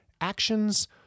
actions